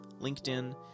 LinkedIn